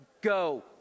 Go